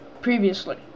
previously